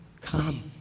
Come